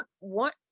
want